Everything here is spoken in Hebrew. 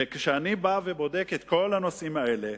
וכשאני בא ובודק את כל הנושאים האלה,